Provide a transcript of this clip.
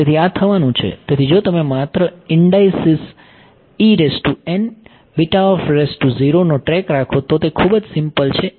તેથી આ થવાનું છે તેથી જો તમે માત્ર ઈંડાઈસીસ નો ટ્રૅક રાખો તો તે ખૂબ જ સિમ્પલ છે